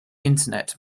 internet